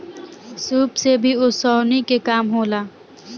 सूप से भी ओसौनी के काम होला